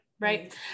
Right